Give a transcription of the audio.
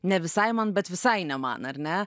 ne visai man bet visai ne man ar ne